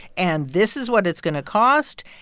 and this is what it's going to cost?